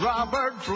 Robert